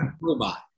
robot